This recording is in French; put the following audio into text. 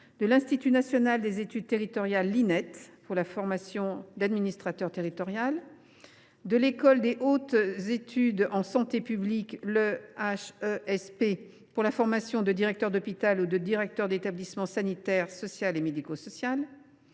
l’Institut national des études territoriales, pour la formation d’administrateur territorial, l’École des hautes études en santé publique (EHESP), pour la formation de directeur d’hôpital et de directeur d’établissement sanitaire, social et médico social,